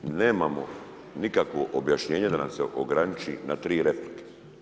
Nemamo nikakvo objašnjenje da nam se ograniči na tri replike.